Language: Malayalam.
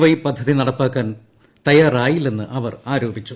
വൈ പദ്ധതി നടപ്പാക്കാൻ തയ്യാറായില്ലെന്ന് അവർ ആരോപിച്ചു